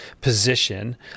position